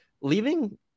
Leaving